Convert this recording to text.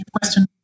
question